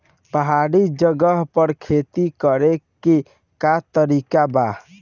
पहाड़ी जगह पर खेती करे के का तरीका बा?